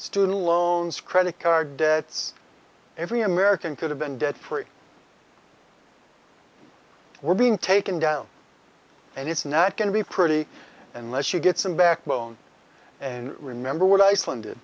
student loans credit card debts every american could have been debt free were being taken down and it's not going to be pretty unless you get some backbone and remember what iceland